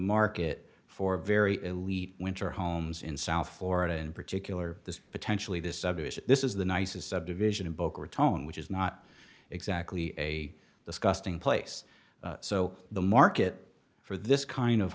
market for very elite winter homes in south florida in particular this potentially this this is the nicest subdivision in boca raton which is not exactly a disgusting place so the market for this kind of